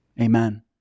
Amen